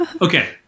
Okay